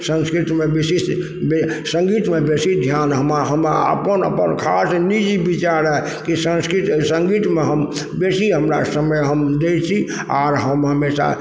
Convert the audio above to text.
संस्कृतमे विशेष बे सङ्गीतमे बेसी ध्यान हमरा हमरा अपन अपन खास निजी विचार अछि कि संस्कृत सङ्गीतमे हम बेसी हमरा समय हम दै छी आओर हम हमेशा